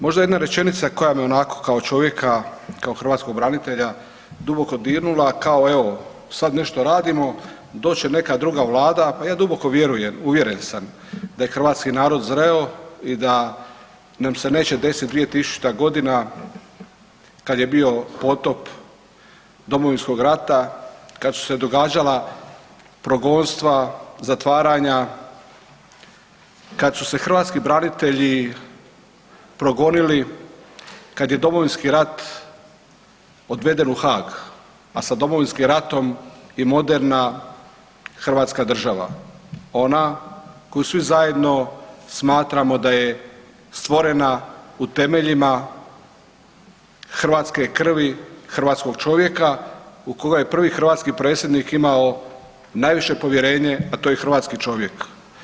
Možda jedna rečenica koja me onako kao čovjeka, kao hrvatskog branitelja duboko dirnula, kao evo sad nešto radimo, doći će neka druga vlada, a ja duboko vjerujem, uvjeren sam da je hrvatski narod zreo i da nam se neće desiti 2000. godina kad je bio potop Domovinskog rata, kad su se događala progonstva, zatvaranja, kad su se hrvatski branitelji progonili, kad je Domovinski rat odveden u Haag, a sa Domovinskim ratom i moderna hrvatska država ona koju svi zajedno smatramo da je stvorena u temeljima hrvatske krvi, hrvatskog čovjeka u koga je prvi hrvatski predsjednik imao najviše povjerenje, a to je hrvatski čovjek.